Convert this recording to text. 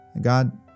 God